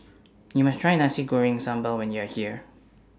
YOU must Try Nasi Goreng Sambal when YOU Are here